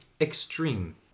extreme